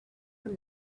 from